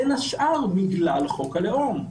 בין השאר בגלל חוק הלאום.